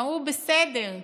אמרו: בסדר,